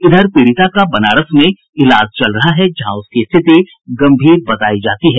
इधर पीड़िता का बनारस में इलाज चल रहा है जहां उसकी स्थिति गम्भीर बतायी जाती है